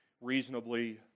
reasonably